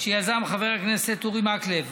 שיזם חבר הכנסת אורי מקלב,